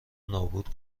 نابود